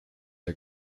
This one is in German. der